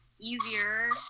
Easier